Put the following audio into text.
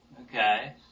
Okay